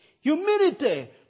humility